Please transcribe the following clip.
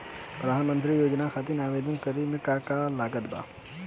प्रधानमंत्री योजना खातिर आवेदन करे मे का का लागत बा?